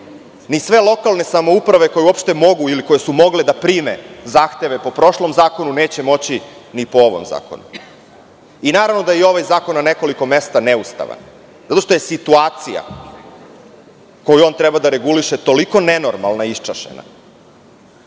ni sve lokalne samouprave koje uopšte mogu, ili koje su mogle da prime zahteve po prošlom zakonu, neće moći ni po ovom zakonu. Naravno da je i ovaj zakon na nekoliko mesta neustavan, zato što je situacija koju on treba da reguliše toliko nenormalna i iščašena,